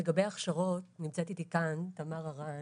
לגבי הכשרות נמצאת איתי כאן תמר הרן